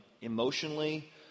emotionally